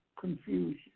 confusion